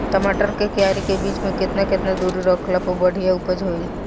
टमाटर के क्यारी के बीच मे केतना केतना दूरी रखला पर बढ़िया उपज होई?